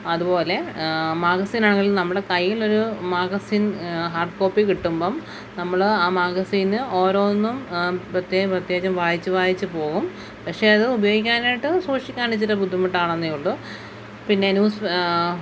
അതുപോലെ മാഗസീനാണെങ്കിൽ നമ്മുടെ കയ്യിലൊരു മാഗസീൻ ഹാർഡ് കോപ്പി കിട്ടുമ്പം നമ്മൾ ആ മാഗസിൻ ഓരോന്നും പ്രത്യേകം പ്രത്യേകം വായിച്ചു വായിച്ചു പോകും പക്ഷേ അത് ഉപയോഗിക്കാനായിട്ട് സൂക്ഷിക്കാണിച്ചിരി ബുദ്ധിമുട്ടാണെന്നേ ഉള്ളു പിന്നെ ന്യൂസ്